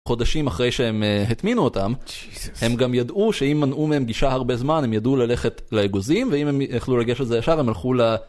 חודשים אחרי שהם הטמינו אותם, הם גם ידעו שאם מנעו מהם גישה הרבה זמן הם ידעו ללכת לאגוזים, ואם הם יכלו לגשת לזה ישר הם הלכו ל...